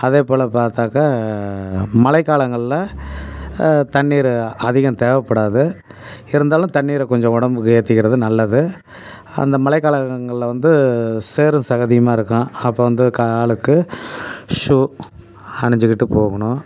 அதே போல பார்த்தாக்கா மலைக்காலங்களில் தண்ணீர் அதிகம் தேவைப்படாது இருந்தாலும் தண்ணீரை கொஞ்சம் உடம்புக்கு ஏத்திக்கிறது நல்லது அந்த மலைக்காலகங்களில் வந்து சேரும் சகதியுமா இருக்கும் அப்போ வந்து காலுக்கு ஷூ அணிஞ்சுக்கிட்டு போகணும்